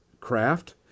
craft